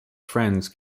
friends